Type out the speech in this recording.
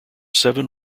seven